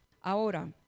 Ahora